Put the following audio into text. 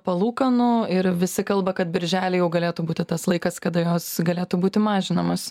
palūkanų ir visi kalba kad birželį jau galėtų būti tas laikas kada jos galėtų būti mažinamos